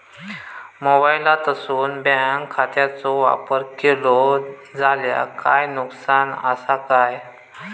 मोबाईलातसून बँक खात्याचो वापर केलो जाल्या काय नुकसान असा काय?